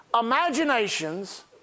imaginations